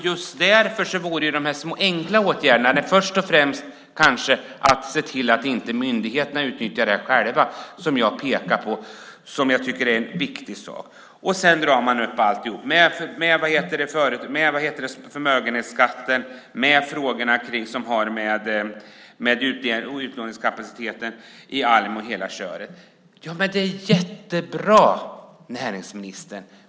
Just därför är det ju viktigt med de små enkla åtgärder som jag pekar på, kanske först och främst att se till att inte myndigheterna själva utnyttjar detta. Och sedan drar man upp förmögenhetsskatten, frågorna om utlåningskapaciteten i Almi och hela köret. Det är jättebra, näringsministern.